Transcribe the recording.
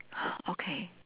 okay